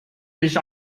sich